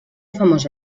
famós